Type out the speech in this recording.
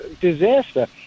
disaster